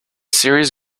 series